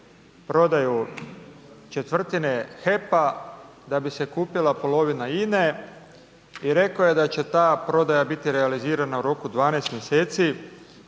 prodaju 1/4 HEP-a da bi se kupila polovina INA-e i rekao je da će ta prodaja biti realizirana u roku 12 mjeseci